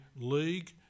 league